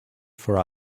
for